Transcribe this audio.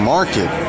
Market